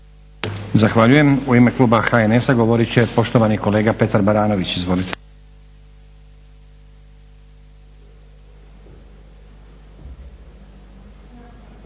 Zahvaljujem. U ime kluba HNS-a govorit će poštovani kolega Petar Baranović. Izvolite.